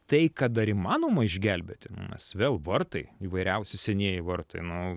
tai ką dar įmanoma išgelbėti nes vėl vartai įvairiausi senieji vartai nu